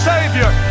Savior